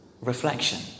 Reflection